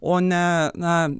o ne na